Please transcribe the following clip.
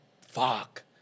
Fuck